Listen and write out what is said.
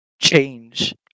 change